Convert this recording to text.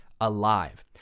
alive